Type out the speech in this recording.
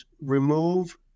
remove